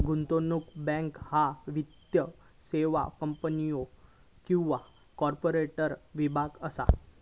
गुंतवणूक बँक ह्या वित्तीय सेवा कंपन्यो किंवा कॉर्पोरेट विभाग असा